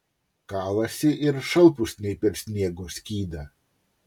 kalasi ir šalpusniai per sniego skydą